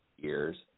years